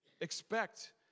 Expect